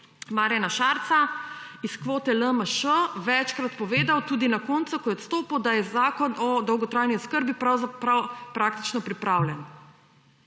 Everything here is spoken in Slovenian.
Marjana Šarca, iz kvote LMŠ, večkrat povedal, tudi na koncu, ko je odstopil, da je zakon o dolgotrajni oskrbi pravzaprav praktično pripravljen.